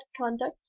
conduct